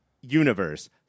universe